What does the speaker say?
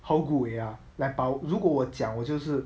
how good we are but 如果我讲我就是